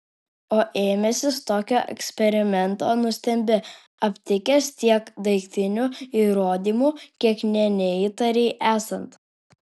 o ėmęsis tokio eksperimento nustembi aptikęs tiek daiktinių įrodymų kiek nė neįtarei esant